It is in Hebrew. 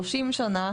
30 שנה,